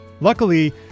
Luckily